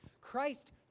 Christ